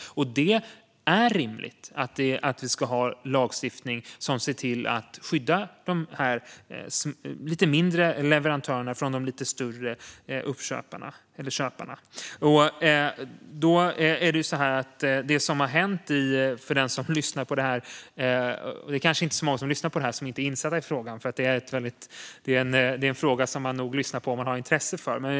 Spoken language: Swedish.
Det är rimligt att vi ska ha lagstiftning som ska skydda de lite mindre leverantörerna från de lite större köparna. Det är kanske inte så många som lyssnar som är insatta i frågan, men man lyssnar nog om det finns ett intresse.